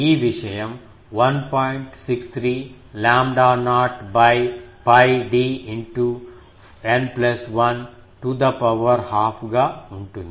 63 lambda naught 𝜋 d N 1 to the power half గా ఉంటుంది